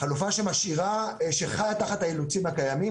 חלופה שמשאירה, שחיה תחת האילוצים הקיימים.